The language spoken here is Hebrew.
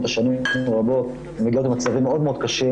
זה משנת 2018. בואו נחשוב על עצמנו, מה קרה לנו